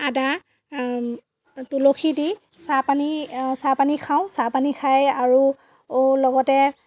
আদা তুলসী দি চাহ পানী চাহ পানী খাওঁ চাহ পানী খাই আৰু লগতে